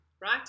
Right